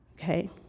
okay